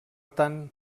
tant